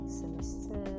semester